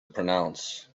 pronounce